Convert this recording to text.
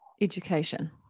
education